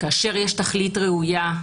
כאשר יש תכלית ראויה,